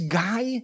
guy